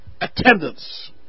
attendance